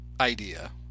idea